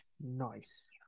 nice